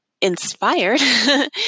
inspired